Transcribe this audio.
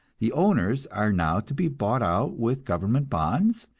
the owners are now to be bought out with government bonds,